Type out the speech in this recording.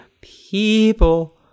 people